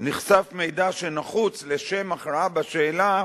נחשף מידע שנחוץ לשם הכרעה בשאלה